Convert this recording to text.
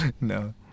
No